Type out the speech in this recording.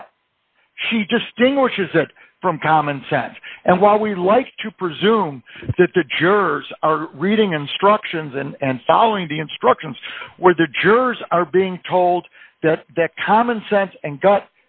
gut he just english is that from common sense and well we like to presume that the jurors are reading instructions and following the instructions were there jurors are being told that that common sense and got